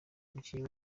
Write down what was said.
umukinnyi